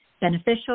beneficial